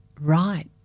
Right